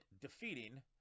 defeating